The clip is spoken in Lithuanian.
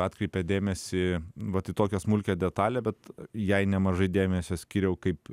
atkreipėt dėmesį vat į tokią smulkią detalę bet jai nemažai dėmesio skyriau kaip